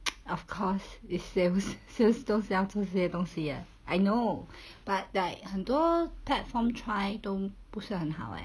of course it's sales sales 都是要这些东西 leh I know but like 很多 platform try 都不是很好 leh